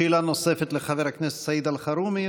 שאלה נוספת לחבר הכנסת סעיד אלחרומי.